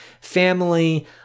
family